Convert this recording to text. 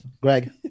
Greg